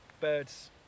birds